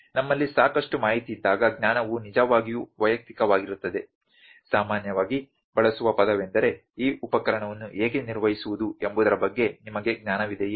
ನಮ್ಮಲ್ಲಿ ಸಾಕಷ್ಟು ಮಾಹಿತಿಯಿದ್ದಾಗ ಜ್ಞಾನವು ನಿಜವಾಗಿಯೂ ವೈಯಕ್ತಿಕವಾಗಿರುತ್ತದೆ ಸಾಮಾನ್ಯವಾಗಿ ಬಳಸುವ ಪದವೆಂದರೆ ಈ ಉಪಕರಣವನ್ನು ಹೇಗೆ ನಿರ್ವಹಿಸುವುದು ಎಂಬುದರ ಬಗ್ಗೆ ನಿಮಗೆ ಜ್ಞಾನವಿದೆಯೇ